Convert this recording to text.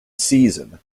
season